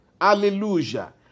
hallelujah